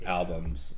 albums